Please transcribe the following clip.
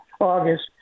August